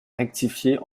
rectifier